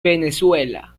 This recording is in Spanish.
venezuela